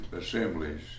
assemblies